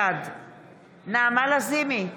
בעד נעמה לזימי,